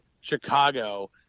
Chicago